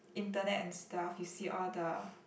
internet and stuff you see all the